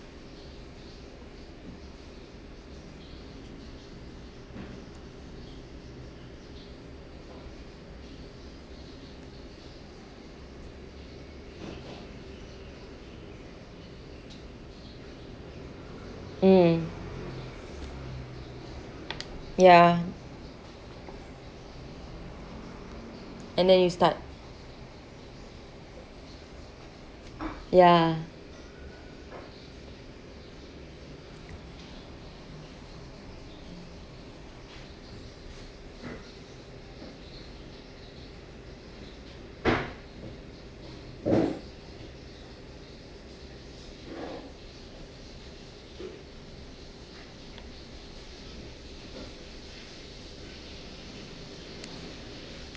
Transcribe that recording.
mm yeah and then you start yeah